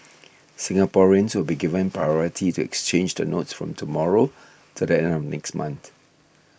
Singaporeans will be given priority to exchange the notes from tomorrow to the end of next month